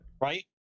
right